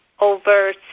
over